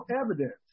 evidence